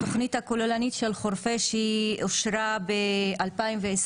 התוכנית הכוללנית של חורפיש אושרה ב-2021.